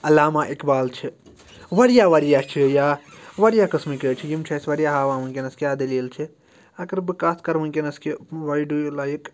علامہ اِقبال چھِ واریاہ واریاہ چھِ یا واریاہ قٕسمٕکۍ حظ چھِ یِم چھِ اَسہِ واریاہ ہاوان وٕنۍکٮ۪نَس کیاہ دٔلیٖل چھِ اگر بہٕ کَتھ کَرٕ وٕنۍکٮ۪نَس کہِ وَے ڈوٗ یوٗ لایِک